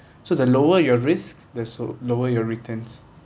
so the lower your risk this will lower your returns